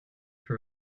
for